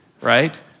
Right